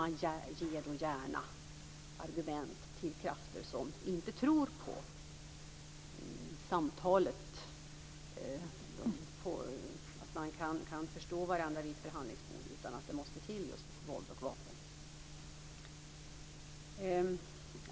Man ger gärna argument till krafter som vi inte tror på, att man inte kan förstå varandra vid förhandlingsbordet utan att det måste till våld och vapen.